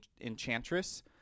enchantress